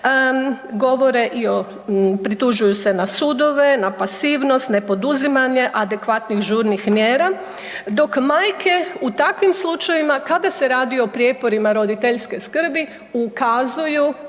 govore i pritužuju se na sudove, na pasivnost, ne poduzimanje adekvatnih žurnih mjera dok majke u takvim slučajevima kada se radi o prijeporima roditeljske skrbi ukazuju